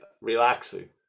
relaxing